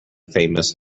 famous